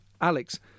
Alex